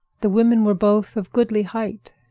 the women were both of goodly height,